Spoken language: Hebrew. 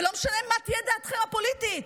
ולא משנה מה תהיה דעתכם הפוליטית?